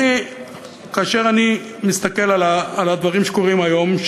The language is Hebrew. כאשר אני מסתכל על הדברים שקורים היום,